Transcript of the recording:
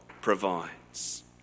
provides